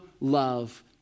love